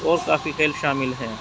اور کافی کھیل شامل ہیں